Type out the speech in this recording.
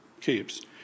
keeps